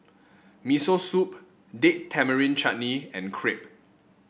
Miso Soup Date Tamarind Chutney and Crepe